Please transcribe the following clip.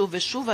שוב ושוב,